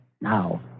Now